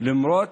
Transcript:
למרות